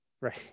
Right